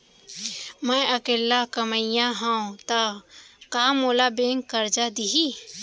मैं अकेल्ला कमईया हव त का मोल बैंक करजा दिही?